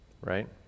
Right